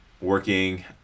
working